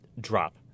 drop